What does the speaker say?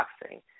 boxing